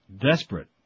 Desperate